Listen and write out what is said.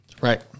Right